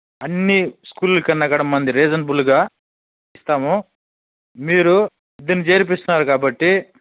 అన్నీ స్కూల్కన్నా కూడా మనది రీజన్బుల్గా ఇస్తాము మీరు ఇద్దరిని చేర్పిస్త్నారు కాబట్టి